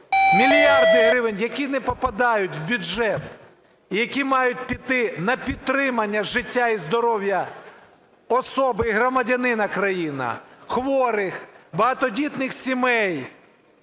мільярди гривень, які не попадають в бюджет і які мають піти на підтримання життя і здоров'я особи громадянина країни, хворих, багатодітних сімей,